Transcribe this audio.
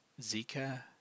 Zika